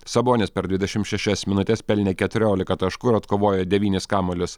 sabonis per dvidešimt šešias minutes pelnė keturiolika taškų ir atkovojo devynis kamuolius